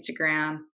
Instagram